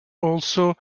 also